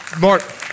Mark